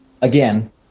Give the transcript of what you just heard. again